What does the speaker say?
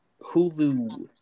Hulu